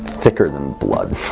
thicker than blood.